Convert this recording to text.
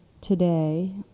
today